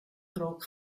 rock